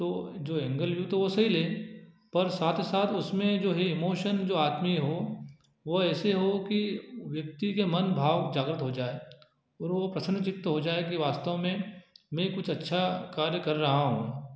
तो जो एंगल भी तो सही लें पर साथ ही साथ उसमें जो हैं इमोशन जो आत्मीय हो वह ऐसे हो कि व्यक्ति के मन भाव जागृत हो जाए और वह प्रसन्नचित हो जाए कि वास्तव में मैं कुछ अच्छा कार्य कर रहा हूँ